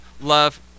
love